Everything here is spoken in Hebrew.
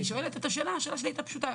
אני שואלת שאלה פשוטה.